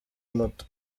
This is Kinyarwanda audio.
moto